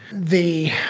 the